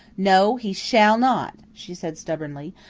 no, he shall not, she said stubbornly.